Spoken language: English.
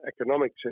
economic